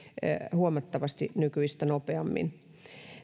huomattavasti nykyistä nopeammin